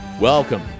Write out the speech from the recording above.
Welcome